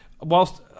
whilst